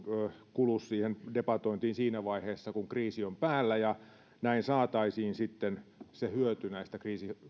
kulu siihen debatointiin siinä vaiheessa kun kriisi on päällä ja näin saataisiin se hyöty näistä